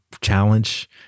challenge